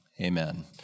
Amen